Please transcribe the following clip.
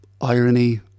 irony